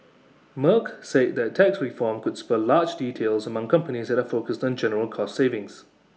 Merck said that tax reform could spur large deals among companies that are focused on general cost savings